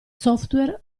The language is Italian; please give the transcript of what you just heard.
software